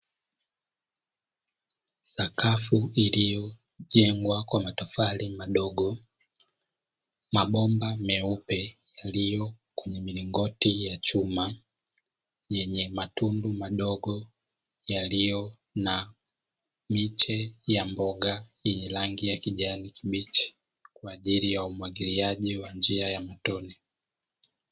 Sakafu iliyojengwa matofali madogo, mabomba meupe yaliyo kwenye miringoti ya chuma yenye matundu madogo yaliyo na miche ya mboga yenye rangi ya kijani kibichi kwa ajili ya umwagiliaji wa njia ya matone.